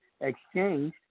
exchange